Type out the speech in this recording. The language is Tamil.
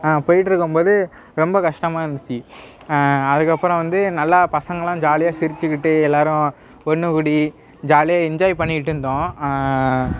போயிட்டிருக்கம்போது ரொம்ப கஷ்டமாக இருந்துச்சு அதுக்கப்புறம் வந்து நல்லா பசங்கெலாம் ஜாலியாக சிரிச்சுக்கிட்டு எல்லாேரும் ஒன்றுக்கூடி ஜாலியாக என்ஜாய் பண்ணிகிட்டுருந்தோம்